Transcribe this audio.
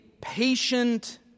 patient